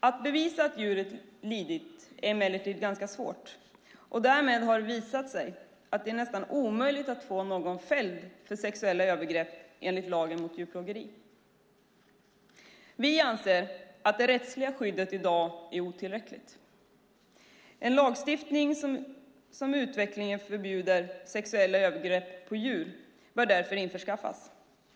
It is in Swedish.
Att bevisa att djuret lidit är emellertid ganska svårt, och därmed har det visat sig att det är nästan omöjligt att få någon fälld för sexuella övergrepp enligt lagen mot djurplågeri. Vi anser att det rättsliga skyddet i dag är otillräckligt. En lagstiftning som uttryckligen förbjuder sexuella övergrepp på djur bör därför införas.